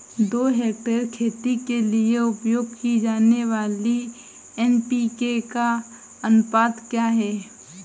दो हेक्टेयर खेती के लिए उपयोग की जाने वाली एन.पी.के का अनुपात क्या है?